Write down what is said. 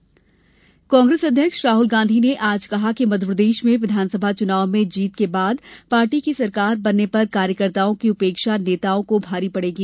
राहुल गांधी कांग्रेस अध्यक्ष राहुल गांधी ने आज कहा कि मध्यप्रदेश में विधानसभा चुनाव में जीत के बाद पार्टी की सरकार बनने पर कार्यकर्ताओं की उपेक्षा नेताओं को भारी पड़ेगी